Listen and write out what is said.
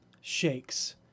shakes